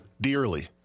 Dearly